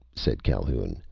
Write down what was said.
said calhoun,